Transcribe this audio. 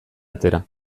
atera